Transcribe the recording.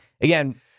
again